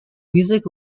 music